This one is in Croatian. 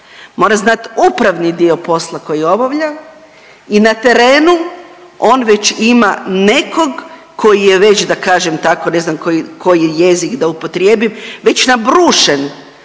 mora znati upravni dio posla koji obavlja i na terenu, on već ima nekog, koji je već, da kažem tako, ne znam koji jezik da upotrijebim, već nabrušen,